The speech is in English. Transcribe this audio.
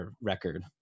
Record